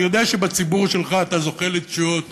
אני יודע שבציבור שלך אתה זוכה לתשואות